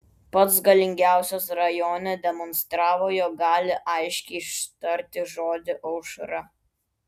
pats galingiausias rajone demonstravo jog gali aiškiai ištarti žodį aušra